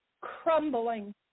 crumbling